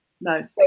no